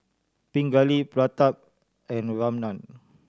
Pingali Pratap and Ramnath